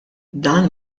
dan